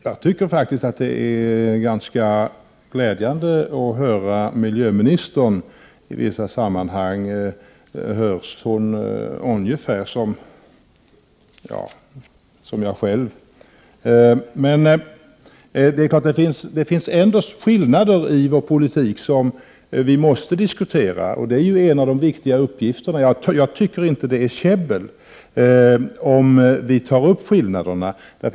Jag tycker faktiskt att det är ganska glädjande att lyssna till miljöministern. I vissa sammanhang låter hon ungefär som jag själv. Men det finns ändå skillnader i vår politik, som vi måste diskutera, och de är en av de viktiga uppgifterna för oss. Jag tycker inte att det är käbbel om vi tar upp skillnaderna.